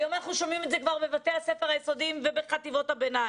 היום אנחנו שומעים על כך גם בבתי הספר היסודיים ובחטיבות הביניים.